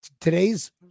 today's